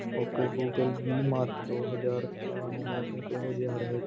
okay Google ਵੀਹ March ਦੋ ਹਜ਼ਾਰ ਸਤਾਰ੍ਹਾਂ ਨੂੰ ਮੌਸਮ ਕਿਹੋ ਜਿਹਾ ਰਹੇਗਾ